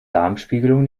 darmspiegelung